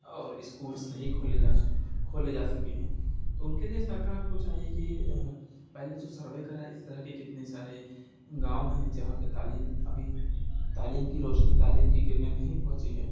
اور اسکولس نہیں کھولے جا سکھ کھولے جا سکے ہیں تو اُن کے لیے سرکار کو چاہیے کہ پہلے تو سروے کرائے اِس طرح کے کتنے سارے گاؤں ہیں جہاں پہ تعلیم ابھی تعلیم کی روشنی تعلیم کی کرنیں نہیں پہنچی ہے